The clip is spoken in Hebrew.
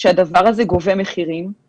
המצב הנפשי של בני הנוער במדינת ישראל הוא רע מאוד.